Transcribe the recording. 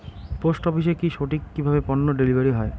Post অফিসে কি সঠিক কিভাবে পন্য ডেলিভারি হয়?